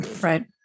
Right